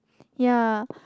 ya